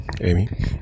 Amy